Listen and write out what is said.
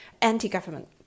anti-government